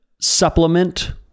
supplement